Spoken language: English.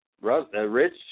Rich